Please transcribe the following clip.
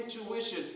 intuition